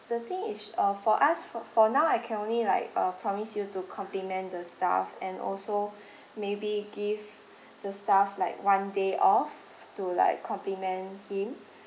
the thing is uh for us f~ for now I can only like uh promise you to compliment the staff and also maybe give the staff like one day off to like compliment him